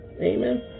amen